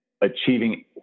achieving